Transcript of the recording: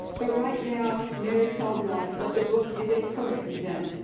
but right now, mary tells us that the book is a current event.